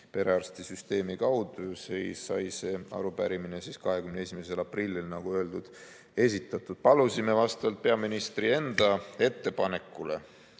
perearstisüsteemi kaudu. Ja nii sai see arupärimine 21. aprillil, nagu öeldud, esitatud. Palusime vastavalt peaministri enda ettepanekule